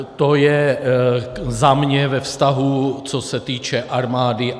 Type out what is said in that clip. To je za mne ve vztahu, co se týče armády.